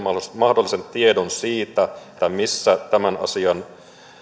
mahdollisen tiedon siitä mikä tämän asiain